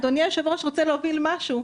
אדוני היושב-ראש רוצה להוביל משהו,